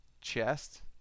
chest